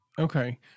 Okay